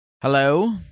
Hello